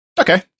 Okay